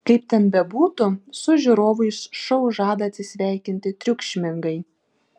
kaip ten bebūtų su žiūrovais šou žada atsisveikinti triukšmingai